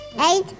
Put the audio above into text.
Eight